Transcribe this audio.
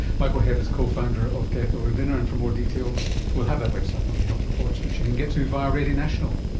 michael hebb is co-founder of death over dinner, and for more details we will have that website on the health report, which you can get to via radio national.